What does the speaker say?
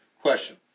Question